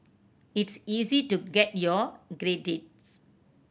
it's easy to get your credits